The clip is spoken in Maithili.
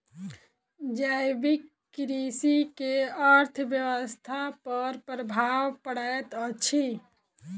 जैविक कृषि के अर्थव्यवस्था पर प्रभाव पड़ैत अछि